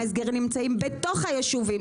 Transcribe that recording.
ההסגרים נמצאים בתוך היישובים,